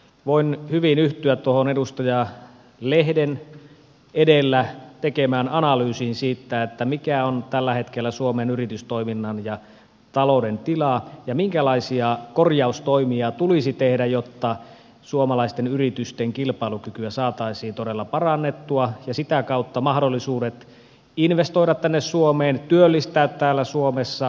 voin hyvin yhtyä tuohon edustaja lehden edellä tekemään analyysiin siitä mikä on tällä hetkellä suomen yritystoiminnan ja talouden tila ja minkälaisia korjaustoimia tulisi tehdä jotta suomalaisten yritysten kilpailukykyä saataisiin todella parannettua ja sitä kautta mahdollisuudet investoida tänne suomeen työllistää täällä suomessa paranisivat